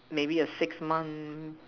maybe a six month